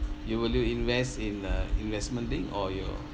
you will do invest in uh investment linked or your